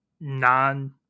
non